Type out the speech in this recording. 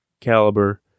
caliber